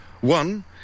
One